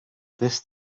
this